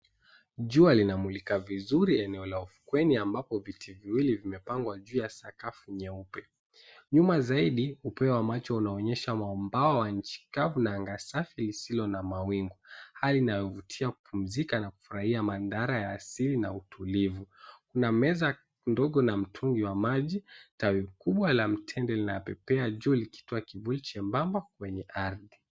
Jua linamulika vizuri eneo la ufukweni ambapo viti viwili vimepangwa juu ya sakafu nyeupe. Nyuma zaidi, upeo wa macho unaonyesha mombao wa nchi kavu na anga safi isilo na mawingu. Hali inayovutia kupumzika na kufurahia mandhara ya asili na utulivu. Kuna meza ndogo na mtungi wa maji, tawi kubwa la mtende linapepea juu likitoa kivuli chembamba kwenye ardhi.